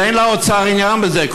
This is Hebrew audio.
אז אין לאוצר עניין בזה,